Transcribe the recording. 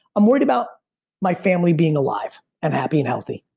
i'm worried about my family being alive and happy, and healthy.